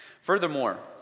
Furthermore